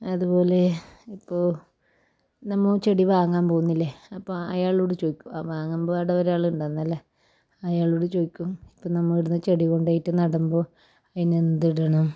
അതുപോലെ ഇപ്പോൾ നമ്മൾ ചെടി വാങ്ങാൻ പോകുന്നില്ലേ അപ്പം അയാളോട് ചോദിക്കും ആ വാങ്ങുമ്പാട് ഒരാൾ ഉണ്ടായിരുന്നല്ലേ അയാളോട് ചോദിക്കും ഇപ്പം നമ്മൾ ഈട്ന്ന് ചെടി കൊണ്ടോയിട്ട് നടുമ്പോൾ അതിനെന്തിടണം